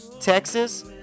Texas